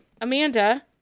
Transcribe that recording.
Amanda